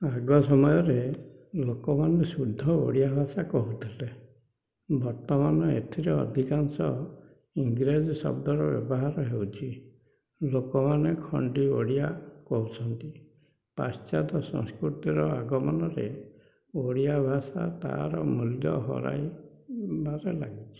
ଆଗ ସମୟରେ ଲୋକମାନେ ଶୁଦ୍ଧ ଓଡ଼ିଆ ଭାଷା କହୁଥିଲେ ବର୍ତ୍ତମାନ ଏଥିରେ ଅଧିକାଂଶ ଇଂରେଜ ଶବ୍ଦର ବ୍ୟବହାର ହେଉଛି ଲୋକମାନେ ଖଣ୍ଡି ଓଡ଼ିଆ କହୁଛନ୍ତି ପାଶ୍ଚାତ୍ୟ ସଂସ୍କୃତିର ଆଗମନରେ ଓଡ଼ିଆ ଭାଷା ତାର ମୂଲ୍ୟ ହରାଇବାରେ ଲାଗିଛି